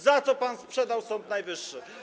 Za co pan sprzedał Sąd Najwyższy?